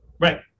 Right